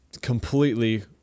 completely